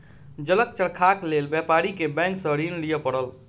जलक चरखाक लेल व्यापारी के बैंक सॅ ऋण लिअ पड़ल